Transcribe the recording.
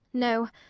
no.